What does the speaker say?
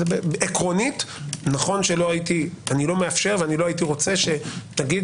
עקרונית אני לא מאפשר ולא הייתי רוצה שתגיד